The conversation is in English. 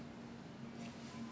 I don't know I just say um